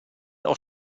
auch